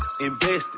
invested